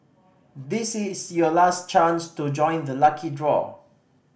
this is your last chance to join the lucky draw